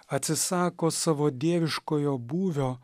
atsisako savo dieviškojo būvio